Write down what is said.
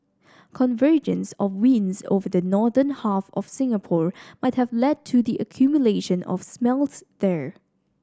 convergence of winds over the northern half of Singapore might have led to the accumulation of smells there